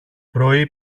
πρωί